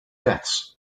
deaths